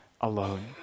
alone